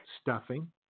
stuffing